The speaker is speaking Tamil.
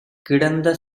கிடந்த